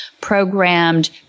programmed